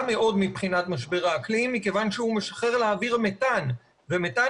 מאוד מבחינת משבר האקלים מכיוון שהוא משחרר לאוויר מתאן ומתאן